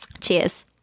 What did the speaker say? Cheers